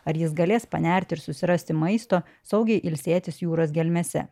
ar jis galės panerti ir susirasti maisto saugiai ilsėtis jūros gelmėse